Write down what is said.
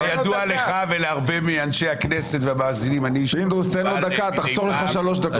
כידוע לך ולהרבה --- אמרתי דקה ואעמוד בזה.